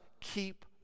keep